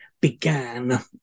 began